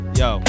yo